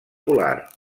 polar